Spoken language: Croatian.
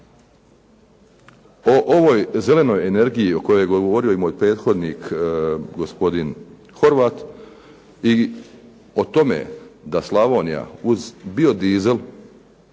O ovoj "zelenoj energiji" o kojoj je govorio i moj prethodnik gospodin Horvat i o tome da Slavonija uz biodizel,